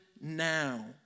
now